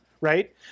right